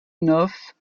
neuf